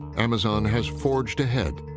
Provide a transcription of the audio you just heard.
amazon has forged ahead,